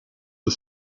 the